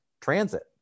transit